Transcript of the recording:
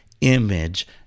image